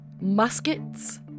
muskets